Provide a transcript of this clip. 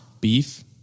beef